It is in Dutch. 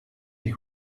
die